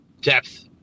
depth